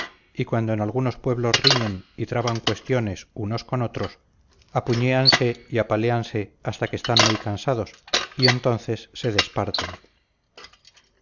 y cuando en algunos pueblos riñen y traban cuestiones unos con otros apuñéanse y apaléanse hasta que están muy cansados y entonces se desparten